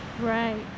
Right